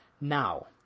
Now